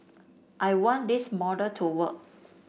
I want this model to work